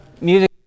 music